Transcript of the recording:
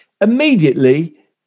immediately